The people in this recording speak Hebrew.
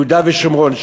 יהודה ושומרון,